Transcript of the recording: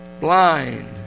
blind